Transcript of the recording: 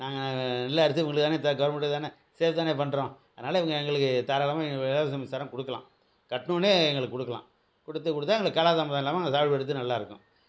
நாங்கள் நெல்லை அறுத்து இவங்களுக்கு தானே த கவர்மெண்ட்டுக்கு தானே சேல்ஸ் தானே பண்ணுறோம் அதனால் இவங்க எங்களுக்கு தாராளமாக எங்கள் இலவச மின்சாரம் கொடுக்கலாம் கட்டினோன்னே எங்களுக்கு கொடுக்கலாம் கொடுத்து கொடுத்தா எங்களுக்கு கால தாமதம் இல்லாமல் நாங்கள் சாகுபடி பண்ணுறதுக்கு நல்லா இருக்கும்